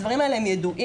הדברים האלה ידועים,